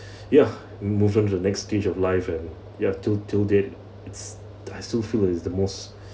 ya move on to the next stage of life and ya to till till date it's I still feel it is the most